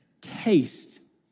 taste